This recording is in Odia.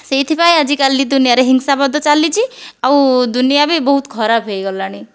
ସେଇଥିପାଇଁ ଆଜି କାଲି ଦୁନିଆରେ ହିଂସାବାଦ ଚାଲିଛି ଆଉ ଦୁନିଆ ବି ବହୁତ ଖରାପ ହୋଇଗଲାଣି